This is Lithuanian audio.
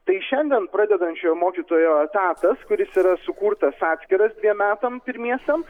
tai šiandien pradedančiojo mokytojo etatas kuris yra sukurtas atskiras dviem metam pirmiesiem